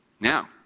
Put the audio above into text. Now